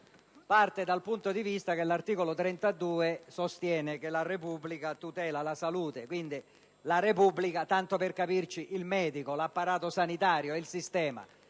parte dal punto di vista che l'articolo 32 sostiene che la Repubblica tutela la salute. Quindi, la Repubblica - tanto per capirci il medico, l'apparato sanitario, il sistema